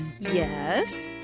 Yes